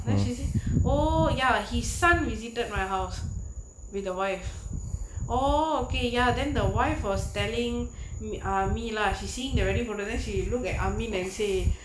then she say oh ya he son visited my house with a wife okay ya then the wife was telling m~ ah me lah she seen the wedding photo then she looked at ammy and say